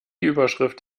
überschrift